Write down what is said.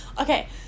Okay